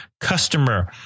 customer